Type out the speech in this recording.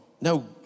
no